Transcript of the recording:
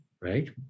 right